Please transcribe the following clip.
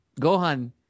Gohan